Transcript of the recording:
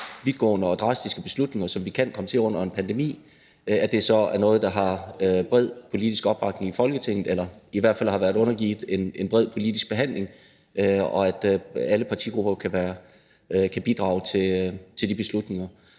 vidtgående og drastiske beslutninger, som vi kan komme til under en epidemi, at det så er noget, der har bred politisk opbakning i Folketinget eller i hvert fald har været undergivet en bred politisk behandling, og at alle partigrupper kan bidrage til de beslutninger.